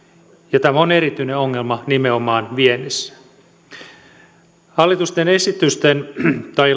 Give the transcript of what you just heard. ja tämä on erityinen ongelma nimenomaan viennissä hallituksen esitysten tai